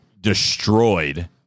destroyed